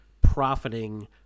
profiting